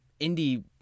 indie